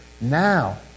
Now